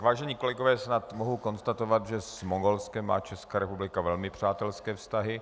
Vážení kolegové, snad mohu konstatovat, že s Mongolskem má Česká republika velmi přátelské vztahy.